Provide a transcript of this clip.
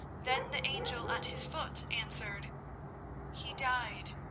then the angel at his foot answered he died,